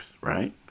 right